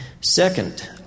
Second